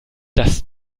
dass